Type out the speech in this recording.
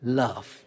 love